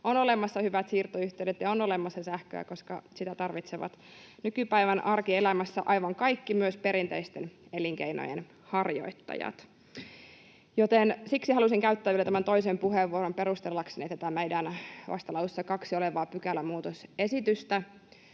on olemassa hyvät siirtoyhteydet ja on olemassa sähköä, koska sitä tarvitsevat nykypäivän arkielämässä aivan kaikki, myös perinteisten elinkeinojen harjoittajat. Joten siksi halusin käyttää vielä tämän toisen puheenvuoron perustellakseni tätä meidän vastalauseessa 2 olevaa pykälämuutosesitystä,